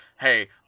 Hey